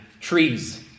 trees